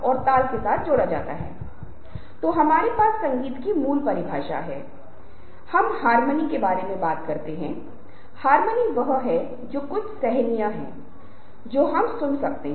और जब आप ऐसा करते हैं तो आप महसूस कर पाएंगे कि यह प्रासंगिक है हम अभी जो करने जा रहे हैं वह संदर्भ है औपचारिक संदर्भ जहां हम बोलते हैं